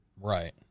Right